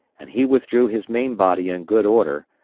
and he withdrew his main body in good order,